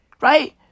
Right